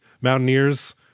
mountaineers